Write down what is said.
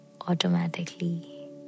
automatically